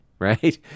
right